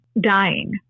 dying